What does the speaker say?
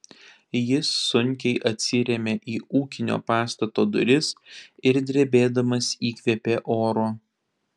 jis sunkiai atsirėmė į ūkinio pastato duris ir drebėdamas įkvėpė oro